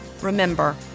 Remember